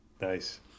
Nice